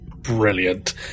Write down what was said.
Brilliant